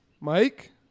Mike